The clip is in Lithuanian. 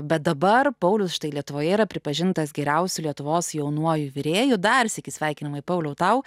bet dabar paulius štai lietuvoje yra pripažintas geriausiu lietuvos jaunuoju virėju dar sykį sveikinamai pauliau tau